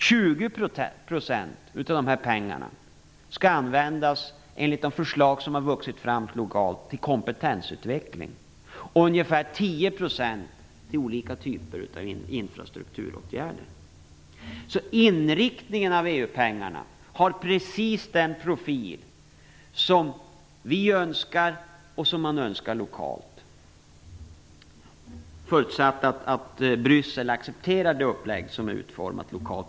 20 % av pengarna skall användas till kompetensutveckling enligt de förslag som har vuxit fram lokalt och ungefär 10 % till olika typer av infrastrukturåtgärder. Inriktningen av EU-pengarna har precis den profil som vi önskar och som man önskar lokalt, förutsatt att Bryssel accepterar det upplägg som utformats lokalt.